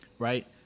right